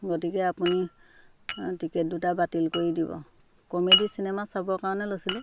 গতিকে আপুনি টিকেট দুটা বাতিল কৰি দিব কমেডি চিনেমা চাবৰ কাৰণে লৈছিলোঁ